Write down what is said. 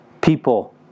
people